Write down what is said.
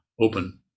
open